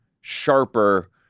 sharper